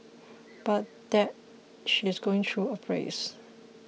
but that she's going through a phase